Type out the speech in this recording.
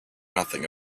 nothing